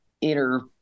inner